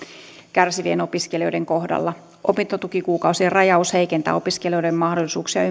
kärsivien opiskelijoiden kohdalla opintotukikuukausien rajaus heikentää opiskelijoiden mahdollisuuksia